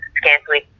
scantily